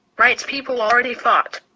rights people already fought.